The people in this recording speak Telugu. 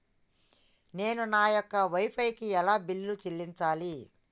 నేను నా యొక్క వై ఫై కి ఎలా బిల్లు చెల్లించాలి?